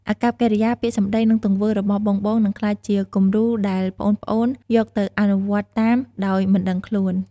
អាកប្បកិរិយា ពាក្យសម្ដី និងទង្វើ របស់បងៗ នឹងក្លាយជាគំរូដែលប្អូនៗយកទៅអនុវត្តតាមដោយមិនដឹងខ្លួន ។